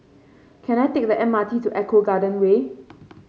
can I take the M R T to Eco Garden Way